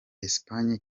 espagne